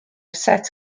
set